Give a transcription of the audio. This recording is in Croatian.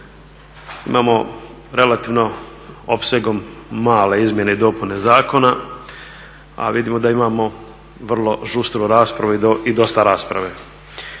Imamo relativno opsegom male izmjene i dopune zakona a vidimo da imamo vrlo žustru raspravu i dosta rasprave.